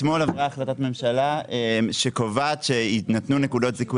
אתמול עברה החלטת ממשלה שקובעת שיינתנו נקודות זיכוי